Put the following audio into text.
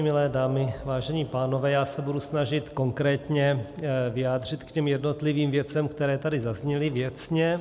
Milé dámy, vážení pánové, já se budu snažit konkrétně vyjádřit k těm jednotlivým věcem, které tady zazněly věcně.